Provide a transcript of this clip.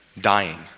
dying